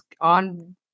on